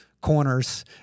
corners